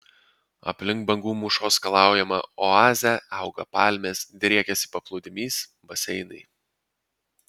aplink bangų mūšos skalaujamą oazę auga palmės driekiasi paplūdimys baseinai